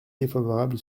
défavorable